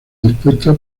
dispuesta